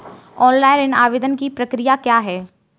Online ऋण आवेदन की प्रक्रिया क्या है?